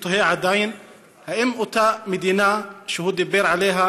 ואני עדיין תוהה: האם אותה מדינה שהוא דיבר עליה,